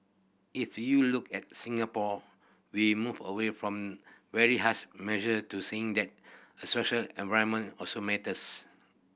if you look at Singapore we moved away from very harsh measure to saying that the social environment also matters